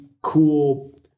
cool